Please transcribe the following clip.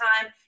time